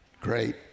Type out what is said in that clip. Great